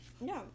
no